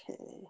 Okay